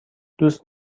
دوست